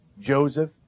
Joseph